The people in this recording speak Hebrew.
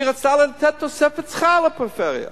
היא רצתה לתת תוספת שכר לפריפריה